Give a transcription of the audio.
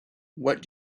what